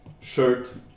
shirt